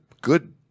good